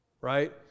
right